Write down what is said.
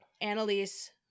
Annalise